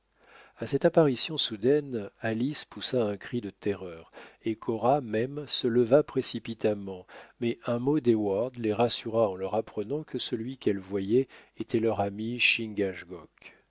à cette apparition soudaine alice poussa un cri de terreur et cora même se leva précipitamment mais un mot d'heyward les rassura en leur apprenant que celui qu'elles voyaient était leur ami